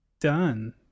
done